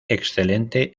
excelente